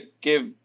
give